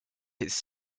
his